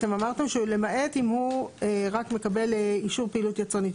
אתם אמרתם למעט אם הוא רק מקבל אישור פעילות יצרנית.